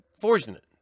fortunate